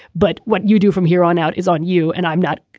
but what you do from here on out is on you and i'm not.